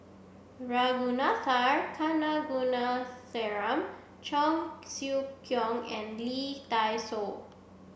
Ragunathar Kanagasuntheram Cheong Siew Keong and Lee Dai Soh